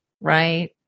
right